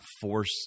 force